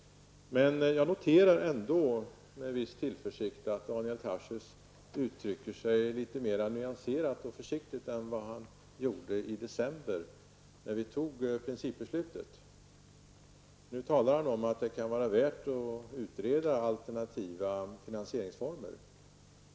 Men jag noterar ändå med en viss tillförsikt att Daniel Tarschys uttrycker sig litet mera nyanserat och försiktigt än vad han gjorde i december, när vi tog principbeslutet. Nu talar han om att det kan vara värt att utreda allternativa finansieringsformer.